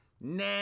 nah